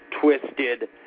twisted